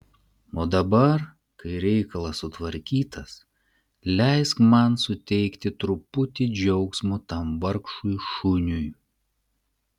o dabar kai reikalas sutvarkytas leisk man suteikti truputį džiaugsmo tam vargšui šuniui